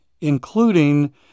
including